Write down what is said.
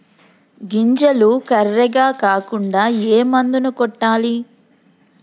గింజలు కర్రెగ కాకుండా ఏ మందును కొట్టాలి?